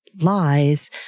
lies